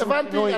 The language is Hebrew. הבנתי.